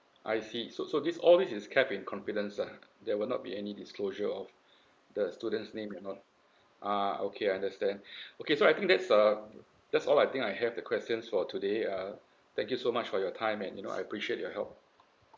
I see so so all these always is kept in confidential ah there will not be any disclosure of the student's name or not uh okay understand okay so I think that's uh that's all I think I have the questions for today uh thank you so much for your time and you know I appreciate your help